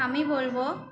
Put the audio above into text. আমি বলবো